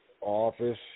office